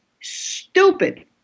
stupid